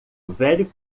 velho